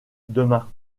demain